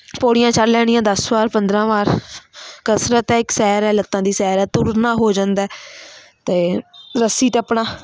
ਪੌੜ੍ਹੀਆਂ ਚੜ੍ਹ ਲੈਣੀਆਂ ਦਸ ਵਾਰ ਪੰਦਰਾਂ ਵਾਰ ਕਸਰਤ ਹੈ ਇੱਕ ਸੈਰ ਹੈ ਲੱਤਾਂ ਦੀ ਸੈਰ ਹੈ ਤੁਰਨਾ ਹੋ ਜਾਂਦਾ ਅਤੇ ਰੱਸੀ ਟੱਪਣਾ